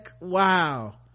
wow